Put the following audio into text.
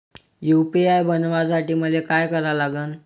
UPI बनवासाठी मले काय करा लागन?